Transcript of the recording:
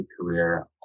career